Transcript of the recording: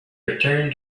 returned